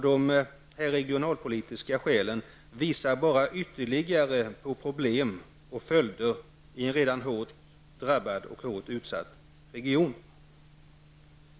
De regionalpolitiska skälen visar bara ytterligare på problem och följder i en redan hårt drabbad och utsatt region.